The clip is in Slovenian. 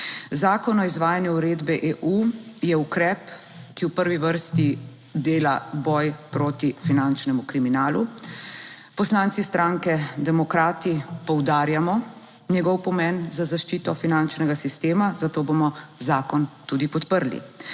Zakon o izvajanju uredbe EU je ukrep, ki v prvi vrsti dela boj proti finančnemu kriminalu. Poslanci stranke Demokrati poudarjamo njegov pomen za zaščito finančnega sistema, zato bomo zakon tudi podprli.